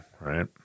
right